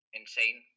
insane